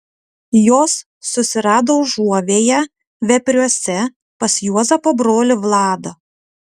jos susirado užuovėją vepriuose pas juozapo brolį vladą